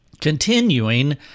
continuing